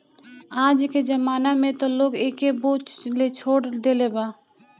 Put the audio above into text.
आजके जमाना में त लोग एके बोअ लेछोड़ देले बा